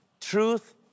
Truth